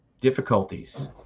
difficulties